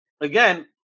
again